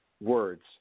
words